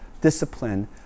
discipline